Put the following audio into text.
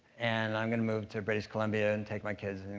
and, i'm gonna move to british columbia, and take my kids,